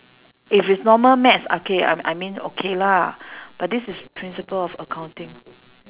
if it's normal maths okay I I mean okay lah but this is principle of accounting